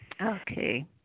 Okay